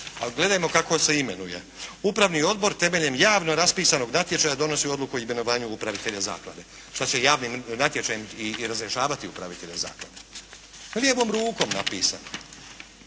gledajmo kako se imenuje. Upravni odbor temeljem javno raspisanog natječaja donosi odluku o imenovanju upravitelja zaklade. Što će i javnim natječajem i razrješavati upravitelja zaklade? Lijevom rukom napisano.